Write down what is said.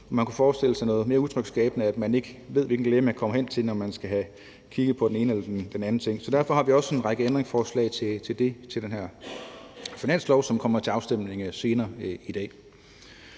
man kunne forestille sig noget mere utryghedsskabende, end at man ikke ved, hvilken læge man kommer hen til, når man skal have kigget på den ene eller den anden ting. Så derfor har vi også en række ændringsforslag til det i forhold til den her finanslov, som kommer til afstemning senere i dag.